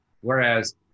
Whereas